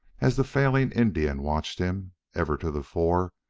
as the failing indian watched him, ever to the fore,